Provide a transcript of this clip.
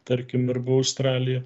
tarkim arba australiją